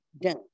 done